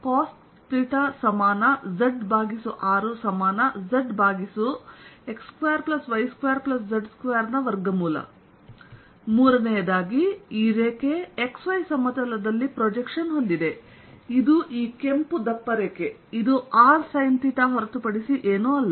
cos zrzx2y2z2 ಮೂರನೆಯದಾಗಿ ಈ r ರೇಖೆ XY ಸಮತಲದಲ್ಲಿ ಪ್ರೊಜೆಕ್ಷನ್ ಹೊಂದಿದೆ ಇದು ಈ ಕೆಂಪು ದಪ್ಪ ರೇಖೆ ಇದು r ಸೈನ್ ಥೀಟಾ ಹೊರತುಪಡಿಸಿ ಏನೂ ಅಲ್ಲ